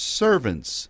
servants